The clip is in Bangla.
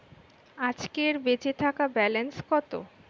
আজকের বেচে থাকা ব্যালেন্স কত?